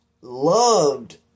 loved